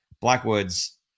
blackwood's